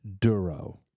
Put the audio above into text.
Duro